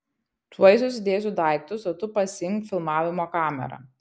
tuoj susidėsiu daiktus o tu pasiimk filmavimo kamerą